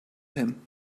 him